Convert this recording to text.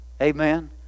Amen